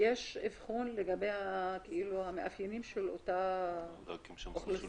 יש אבחון לגבי המאפיינים של אותה אוכלוסייה?